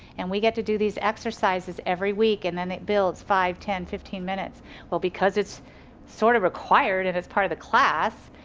and we get to do these exercises every week and then it builds five ten, fifteen minutes because its sorta required and its part of the class.